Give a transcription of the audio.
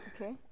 Okay